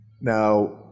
Now